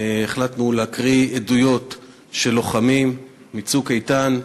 החלטנו להקריא עדויות של לוחמים מ"צוק איתן".